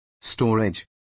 Storage